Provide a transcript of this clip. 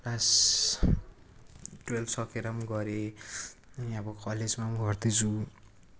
class twelve सकेर गरेँ अनि अब कलेजमा गर्दैछु